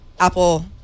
Apple